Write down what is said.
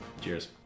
Cheers